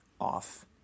off